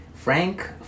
Frank